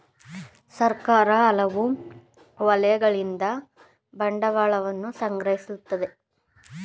ಸರ್ಕಾರ ಹಲವು ವಲಯಗಳಿಂದ ಬಂಡವಾಳವನ್ನು ಸಂಗ್ರಹಿಸುತ್ತದೆ